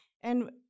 And-